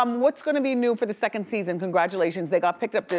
um what's gonna be new for the second season? congratulations, they got picked up,